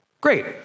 Great